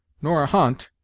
nor a hunt,